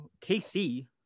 KC